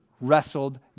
wrestled